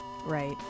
Right